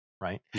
right